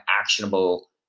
actionable